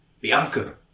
Bianca